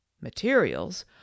materials